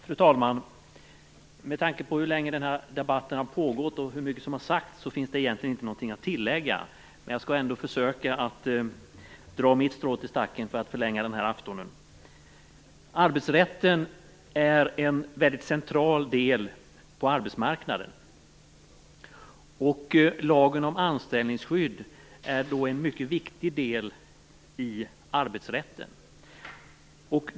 Fru talman! Med tanke på hur länge den här debatten har pågått och hur mycket som har sagts finns det egentligen ingenting att tillägga. Men jag skall ändå försöka dra mitt strå till stacken för att förlänga den här aftonen. Arbetsrätten är en väldigt central del av arbetsmarknaden, och lagen om anställningsskydd är en mycket viktig del i arbetsrätten.